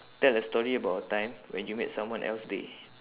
tell a story about a time when you made someone else day